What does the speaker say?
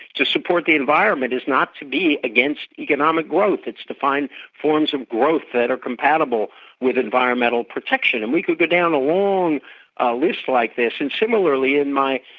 to support the environment is not to be against economic growth it's to find forms of growth that are compatible with environmental protection. and we could go down a long ah list like this, and similarly in my,